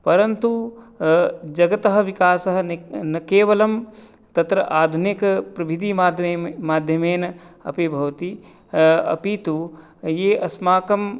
परन्तु जगतः विकासः न न केवलं तत्र आधुनिकप्रविधिमाध्यमे माध्यमेन अपि भवति अपि तु ये अस्माकम्